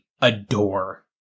adore